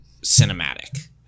cinematic